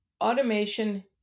automation